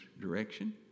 direction